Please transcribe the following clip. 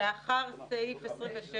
לאחר סעיף 26,